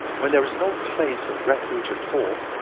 when there is no place of refuge at all,